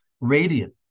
radiant